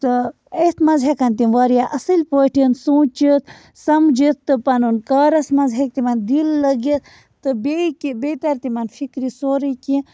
تہٕ ییٚتھۍ منٛز ہٮ۪کن تِم واریاہ اَصٕلۍ پٲٹھۍ سوٗنٛچِتھ سمجِتھ تہٕ پَنُن کارس منٛز ہیٚکہِ تِمَن دِل لٔگِتھ تہٕ بیٚیہِ کہِ بیٚیہِ تَرِ تِمَن فِکرِ سورٕے کیٚنٛہہ